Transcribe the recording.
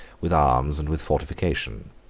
with arms, and with fortifications.